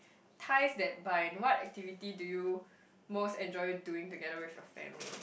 ties that bind what activity do you most enjoy doing together with your family